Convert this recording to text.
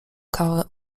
kawę